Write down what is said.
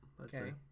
Okay